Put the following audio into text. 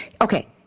Okay